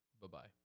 Bye-bye